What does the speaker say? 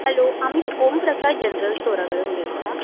hello आमी Om Prakash general स्टोरा कडेन उलयता